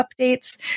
updates